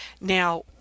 Now